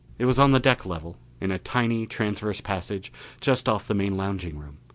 it was on the deck level, in a tiny transverse passage just off the main lounging room.